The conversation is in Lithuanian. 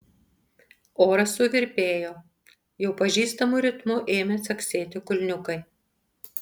oras suvirpėjo jau pažįstamu ritmu ėmė caksėti kulniukai